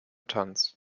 tanz